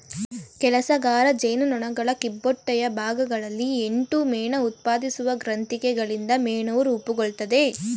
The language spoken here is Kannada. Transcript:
ಕೆಲಸಗಾರ ಜೇನುನೊಣಗಳ ಕಿಬ್ಬೊಟ್ಟೆಯ ಭಾಗಗಳಲ್ಲಿ ಎಂಟು ಮೇಣಉತ್ಪಾದಿಸುವ ಗ್ರಂಥಿಗಳಿಂದ ಮೇಣವು ರೂಪುಗೊಳ್ತದೆ